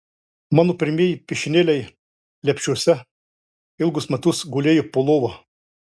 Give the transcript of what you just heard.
mano pirmieji piešinėliai lepšiuose ilgus metus gulėjo po lova